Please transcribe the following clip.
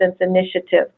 Initiative